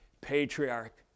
patriarch